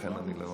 לכן אני לא,